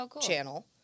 channel